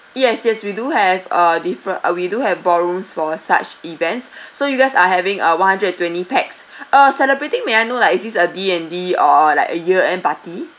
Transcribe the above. yes yes we do have uh differe~ uh we do have ballrooms for such events so you guys are having uh one hundred and twenty pax uh celebrating may I know like is this a D and D or like a year end party